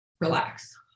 relax